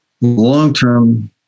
long-term